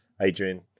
Adrian